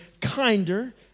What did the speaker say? kinder